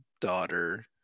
daughter